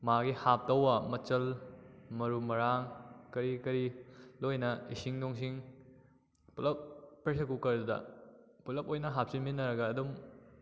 ꯃꯥꯒꯤ ꯍꯥꯞꯇꯧꯕ ꯃꯆꯜ ꯃꯔꯨ ꯃꯔꯥꯡ ꯀꯔꯤ ꯀꯔꯤ ꯂꯣꯏꯅ ꯏꯁꯤꯡ ꯅꯨꯡꯁꯤꯡ ꯄꯨꯂꯞ ꯄ꯭ꯔꯦꯁꯔ ꯀꯨꯀꯔꯗꯨꯗ ꯄꯨꯂꯞ ꯑꯣꯏꯅ ꯍꯥꯞꯆꯤꯟꯃꯤꯟꯅꯔꯒ ꯑꯗꯨꯝ